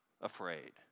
afraid